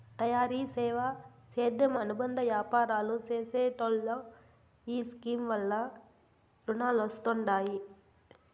తయారీ, సేవా, సేద్యం అనుబంద యాపారాలు చేసెటోల్లో ఈ స్కీమ్ వల్ల రునాలొస్తండాయి